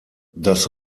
das